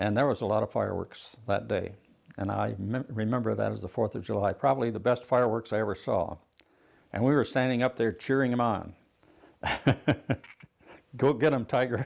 and there was a lot of fireworks that day and i meant remember that was the fourth of july probably the best fireworks i ever saw and we were standing up there cheering him on go get him tiger